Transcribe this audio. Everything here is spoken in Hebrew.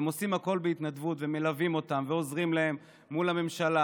הם עושים הכול בהתנדבות ומלווים אותם ועוזרים להם מול הממשלה,